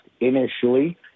initially